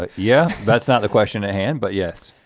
ah yeah, that's not the question at hand but yes.